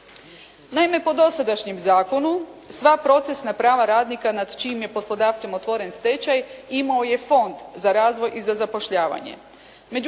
Naime, po dosadašnjem zakonu sva procesna prava radnika nad čijim je poslodavcem otvoren stečaj imao je Fond za razvoj i za zapošljavanje.